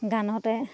গানতে